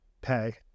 pay